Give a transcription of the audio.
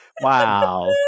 Wow